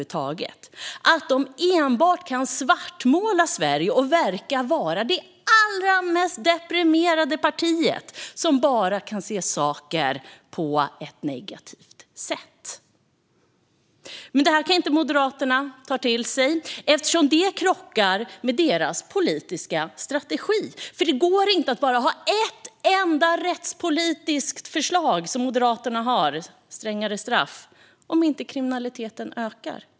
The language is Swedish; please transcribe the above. Det kan enbart svartmåla Sverige och verkar vara det allra mest deprimerade partiet som bara kan se saker på ett negativt sätt. Men det kan inte Moderaterna ta till sig, eftersom det krockar med deras politiska strategi. Det går inte att ha bara ett enda rättspolitiskt förslag, som Moderaterna har - strängare straff -, om inte kriminaliteten ökar.